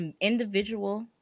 individual